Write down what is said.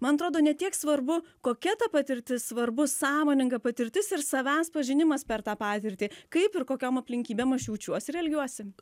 man atrodo ne tiek svarbu kokia ta patirtis svarbu sąmoninga patirtis ir savęs pažinimas per tą patirtį kaip ir kokiom aplinkybėm aš jaučiuosi ir elgiuosi